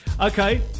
Okay